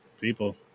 people